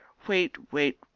wait, wait,